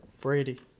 Brady